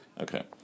Okay